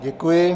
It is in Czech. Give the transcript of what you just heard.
Děkuji.